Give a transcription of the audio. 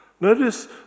Notice